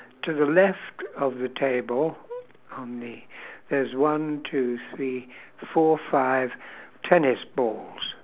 to the left of the table on the there's one two three four five tennis balls